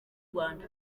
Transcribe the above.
rwanda